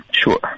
Sure